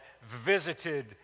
visited